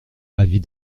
avis